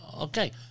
Okay